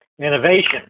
Innovation